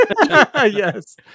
yes